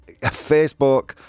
Facebook